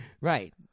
Right